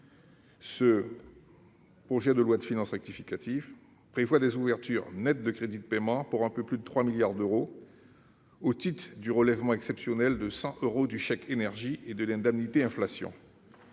Ce projet de loi de finances rectificative prévoit ainsi des ouvertures nettes de crédits de paiement pour un peu plus de 3 milliards d'euros au titre du relèvement exceptionnel de 100 euros du chèque énergie et de l'indemnité inflation.